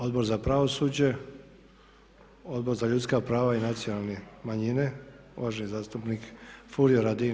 Odbor za pravosuđe, Odbor za ljudska prava i nacionalne manjine uvaženi zastupnik Furio Radin.